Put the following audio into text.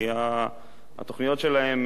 כי התוכניות שלהם,